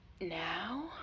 now